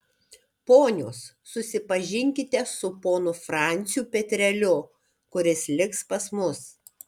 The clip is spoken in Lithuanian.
ponios susipažinkite su ponu franciu petreliu kuris liks pas mus